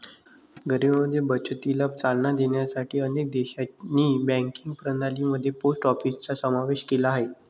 गरिबांमध्ये बचतीला चालना देण्यासाठी अनेक देशांनी बँकिंग प्रणाली मध्ये पोस्ट ऑफिसचा समावेश केला आहे